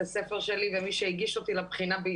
הספר שלי ומי שהגיש אותי לבחינת בגרות